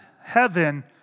heaven